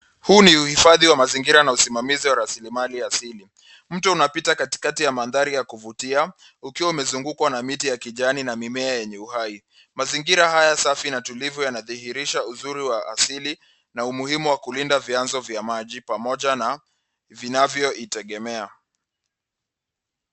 Huu ni uhifadhi wa mazingira na usimamizi wa rasilimali za asili. Mtu anapita katikati ya mandhari ya kuvutia, akiwa amezungukwa na miti ya kijani na mimea hai yenye afya. Mazingira haya safi na tulivu yanaonyesha uzuri wa asili na umuhimu wa kulinda vyanzo vya maji pamoja na viumbe vinavyovitegemea.